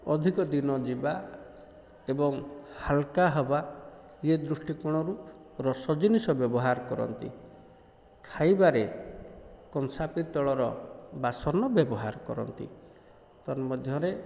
ଅଧିକ ଦିନ ଯିବା ଏବଂ ହାଲକା ହେବା ଏ ଦୃଷ୍ଟିକୋଣରୁ ରସ ଜିନିଷ ବ୍ୟବହାର କରନ୍ତି ଖାଇବାରେ କଂସା ପିତଳର ବାସନ ବ୍ୟବହାର କରନ୍ତି ତନ୍ମଧ୍ୟରେ